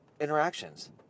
interactions